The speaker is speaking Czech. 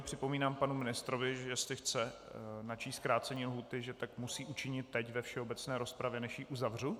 Připomínám panu ministrovi, že jestli chce načíst zkrácení lhůty, musí tak učinit teď ve všeobecné rozpravě, než ji uzavřu.